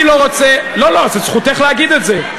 אני לא רוצה, לא, לא, זו זכותך להגיד את זה.